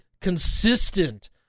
consistent